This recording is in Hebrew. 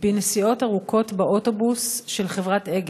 בנסיעות ארוכות באוטובוס של חברת אגד,